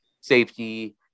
safety